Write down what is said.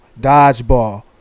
dodgeball